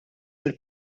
lill